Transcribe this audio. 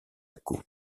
coup